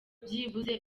byibuze